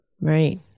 Right